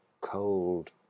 cold